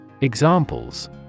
Examples